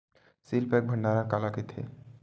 Seal पैक भंडारण काला कइथे?